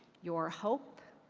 your hope,